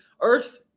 earth